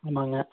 ஆமாங்க